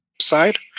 side